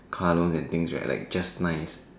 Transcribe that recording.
car loans and things we're like just nice